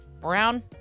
brown